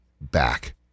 back